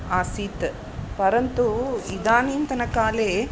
आसीत् परन्तु इदानीन्तनकाले